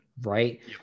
right